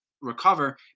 recover